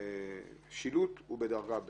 השילוט הוא בדרגה ב',